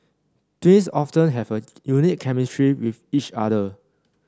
twins often have a unique chemistry with each other